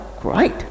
great